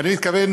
ואני מתכוון,